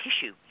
tissue